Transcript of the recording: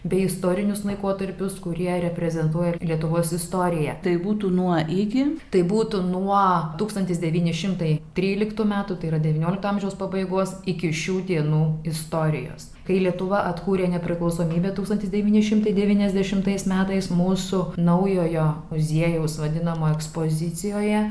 bei istorinius laikotarpius kurie reprezentuoja lietuvos istoriją tai būtų nuo iki tai būtų nuo tūkstantis devyni šimtai tryliktų metų tai yra devyniolikto amžiaus pabaigos iki šių dienų istorijos kai lietuva atkūrė nepriklausomybę tūkstantis devyni šimtai devyniasdešimtais metais mūsų naujojo muziejaus vadinamoje ekspozicijoje